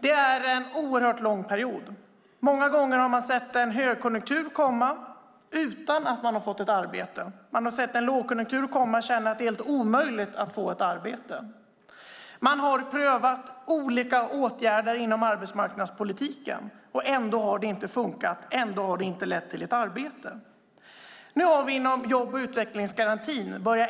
Det är en oerhört lång period. Många gånger har man sett en högkonjunktur komma utan att man har fått ett arbete. Man har sett en lågkonjunktur komma och känt att det är helt omöjligt att få ett arbete. Man har prövat olika åtgärder inom arbetsmarknadspolitiken, ändå har det inte funkat och ändå har det inte lett till ett arbete. Nu har vi